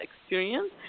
experience